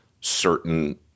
certain